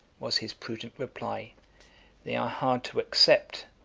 was his prudent reply they are hard to accept,